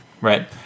right